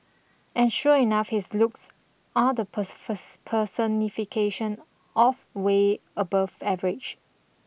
and sure enough his looks are the pers pers personification of way above average